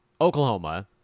Oklahoma